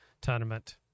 tournament